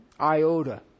iota